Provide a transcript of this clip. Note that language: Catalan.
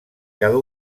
cada